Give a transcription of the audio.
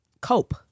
cope